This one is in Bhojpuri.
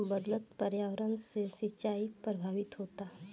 बदलत पर्यावरण से सिंचाई प्रभावित होता